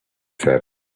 said